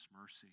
mercy